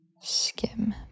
skim